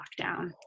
lockdown